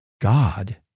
God